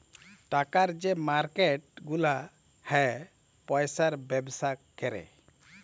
টাকার যে মার্কেট গুলা হ্যয় পয়সার ব্যবসা ক্যরে